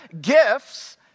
gifts